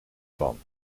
van